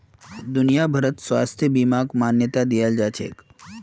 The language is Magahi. दुनिया भरत स्वास्थ्य बीमाक मान्यता दियाल जाछेक